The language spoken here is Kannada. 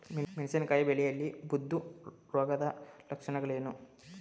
ಮೆಣಸಿನಕಾಯಿ ಬೆಳೆಯಲ್ಲಿ ಬೂದು ರೋಗದ ಲಕ್ಷಣಗಳೇನು?